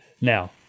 Now